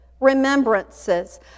remembrances